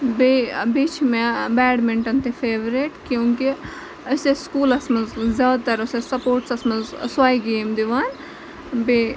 بیٚیہِ بیٚیہِ چھُ مےٚ بیڈمِنٹن تہِ فیورِٹ کیوں کہِ أسۍ ٲسۍ سکوٗلس منٛز زیادٕ تر اوس اَسہِ سَپوٹسس منٛز سۄے گیم دِوان بیٚیہِ